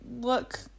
look